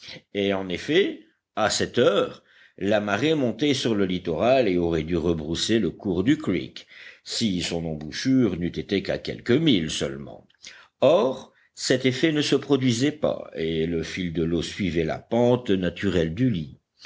et en effet à cette heure la marée montait sur le littoral et aurait dû rebrousser le cours du creek si son embouchure n'eût été qu'à quelques milles seulement or cet effet ne se produisait pas et le fil de l'eau suivait la pente naturelle du lit